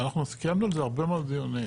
אנחנו קיימנו על זה הרבה מאוד דיונים,